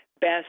best